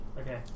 Okay